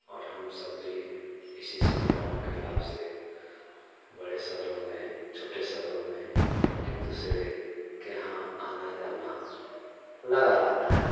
और हम सब भी इसी सुविधाओं के लाभ से बड़े शहरों में छोटे शहरों में एक दूसरे के यहाँ आना जाना लगा रहता है